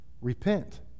repent